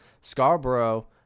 Scarborough